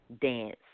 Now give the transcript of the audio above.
dance